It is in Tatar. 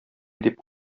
дип